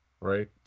right